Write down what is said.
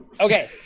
Okay